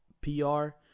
P-R